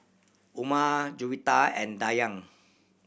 Umar Juwita and Dayang